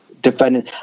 defending